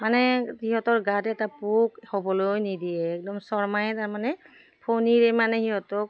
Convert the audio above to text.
মানে সিহঁতৰ গাত এটা পোক হ'বলৈ নিদিয়ে একদম শৰ্মাই তাৰমানে ফনিৰে মানে সিহঁতক